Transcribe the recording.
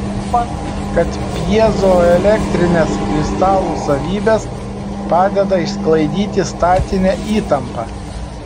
manoma kad pjezoelektrinės kristalų savybės padeda išsklaidyti statinę įtampą